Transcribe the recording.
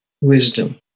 Wisdom